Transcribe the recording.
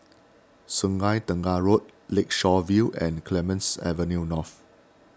Sungei Tengah Road Lakeshore View and Clemenceau Avenue North